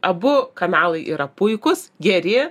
abu kanalai yra puikūs geri